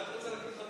אני רק רוצה להגיד לך,